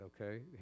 okay